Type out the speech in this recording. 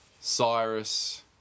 Cyrus